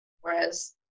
Whereas